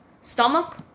stomach